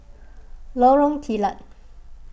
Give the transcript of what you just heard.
Lorong Kilat